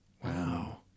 Wow